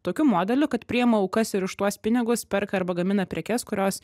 tokiu modeliu kad priima aukas ir už tuos pinigus perka arba gamina prekes kurios